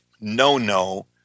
no-no